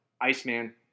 Iceman